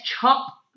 chop